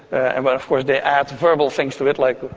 and but of course they add verbal things to it like,